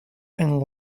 and